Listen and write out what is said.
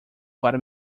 para